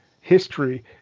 history